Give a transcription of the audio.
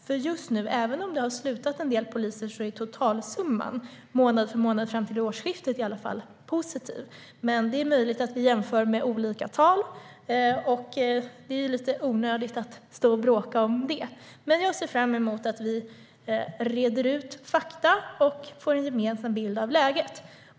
Även om en del poliser har slutat är just nu totalsumman, i alla fall månad för månad fram till årsskiftet, positiv. Men det är möjligt att vi jämför med olika tal. Det är ju lite onödigt att bråka om det. Jag ser fram emot att vi reder ut fakta och får en gemensam bild av läget.